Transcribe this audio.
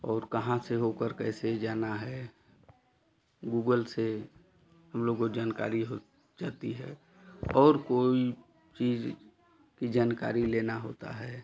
और कहाँ से होकर कैसे जाना है गूगल से हम लोग को जानकारी हो जाती है और कोई चीज़ की जानकारी लेना होता है